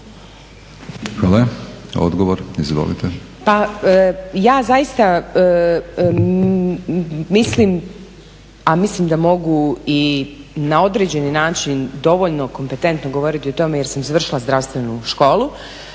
**Mulić, Melita (SDP)** Pa ja zaista mislim, a mislim da mogu i na određeni način dovoljno kompetentno govoriti o tome jer sam završila zdravstvenu školu,